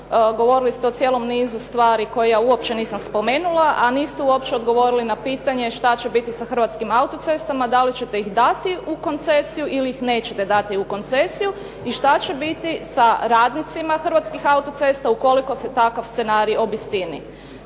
Govorili ste o cijelom nizu stvari koje ja uopće nisam spomenula, a niste uopće odgovorili na pitanje šta će biti sa Hrvatskim autocestama, da li ćete ih dati u koncesiju ili ih nećete dati u koncesiju i šta će biti sa radnicima Hrvatskih autocesta ukoliko se takav scenarij obistini.